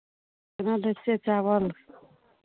केना दै छियै चावल